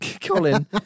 Colin